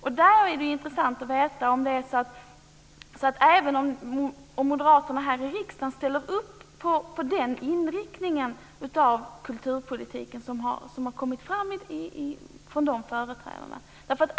Det vore intressant att få veta om moderaterna här i riksdagen ställer upp på den inriktning av kulturpolitiken som har kommit fram från dessa företrädare.